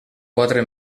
quatre